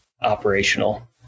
operational